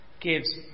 gives